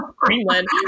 Greenland